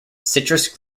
citrus